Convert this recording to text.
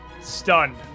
stunned